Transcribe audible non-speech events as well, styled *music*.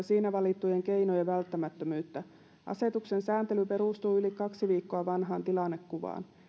*unintelligible* siinä valittujen keinojen välttämättömyyttä asetuksen sääntely perustuu yli kaksi viikkoa vanhaan tilannekuvaan